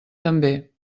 també